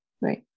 right